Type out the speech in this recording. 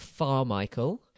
Farmichael